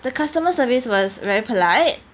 the customer service was very polite